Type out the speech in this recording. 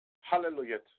Hallelujah